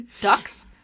Ducks